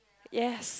yes